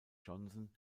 johnson